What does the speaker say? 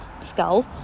skull